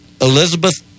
Elizabeth